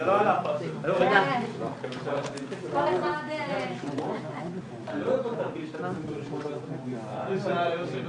אני אגיד קודם כל שהיה תהליך דיי ארוך של התייעצות עם